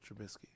Trubisky